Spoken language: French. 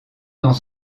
dans